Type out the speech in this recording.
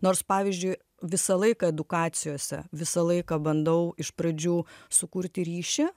nors pavyzdžiui visą laiką edukacijose visą laiką bandau iš pradžių sukurti ryšį